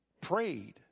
prayed